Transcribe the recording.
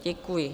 Děkuji.